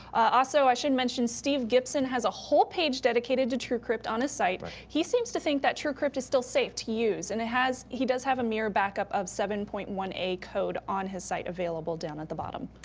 also, i should mention steve gibson has a whole page dedicated to truecrypt on his site. he seems to think that truecrypt is still safe to use. and he does have a mirror backup of seven point one a code on his site available down at the bottom.